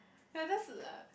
ya that's a uh